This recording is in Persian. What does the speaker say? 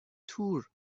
تور